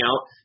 out